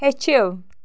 ہیٚچھِو